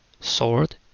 Sword